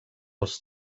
els